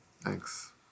Thanks